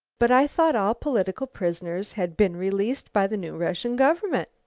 but i thought all political prisoners had been released by the new russian government?